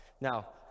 Now